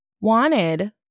wanted